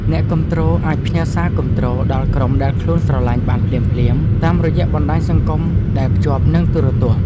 អ្នកគាំទ្រអាចផ្ញើសារគាំទ្រដល់ក្រុមដែលខ្លួនស្រឡាញ់បានភ្លាមៗតាមរយៈបណ្តាញសង្គមដែលភ្ជាប់នឹងទូរទស្សន៍។